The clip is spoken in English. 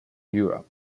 europe